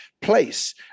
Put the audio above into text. place